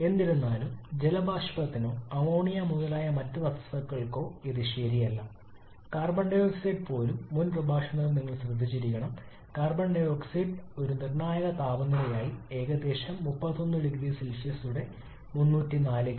എന്നിരുന്നാലും ജലബാഷ്പത്തിനോ അമോണിയ മുതലായ മറ്റ് വസ്തുക്കൾക്കോ ഇത് ശരിയല്ല കാർബൺ ഡൈ ഓക്സൈഡ് പോലും മുൻ പ്രഭാഷണത്തിൽ നിങ്ങൾ ശ്രദ്ധിച്ചിരിക്കണം കാർബൺ ഡൈ ഓക്സൈഡ് ഒരു നിർണായക താപനിലയായി ഏകദേശം 31 0 സി യുടെ 304 കെ